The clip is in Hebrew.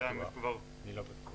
אני לא בטוח.